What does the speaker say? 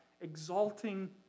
exalting